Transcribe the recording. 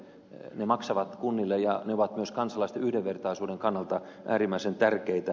ne maksavat kunnille ja ne ovat myös kansalaisten yhdenvertaisuuden kannalta äärimmäisen tärkeitä